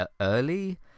early